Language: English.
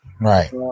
Right